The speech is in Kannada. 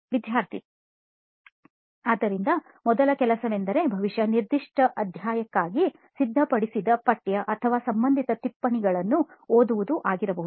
ವಿದ್ಯಾರ್ಥಿ 2 ಆದ್ದರಿಂದ ಮೊದಲ ಕೆಲಸವೆಂದರೆ ಬಹುಶಃ ನಿರ್ದಿಷ್ಟ ಅಧ್ಯಾಯಕ್ಕಾಗಿ ಸಿದ್ಧಪಡಿಸಿದ ಪಠ್ಯ ಅಥವಾ ಸಂಬಂಧಿತ ಟಿಪ್ಪಣಿಗಳನ್ನು ಓದುವುದು ಆಗಿರಬಹುದು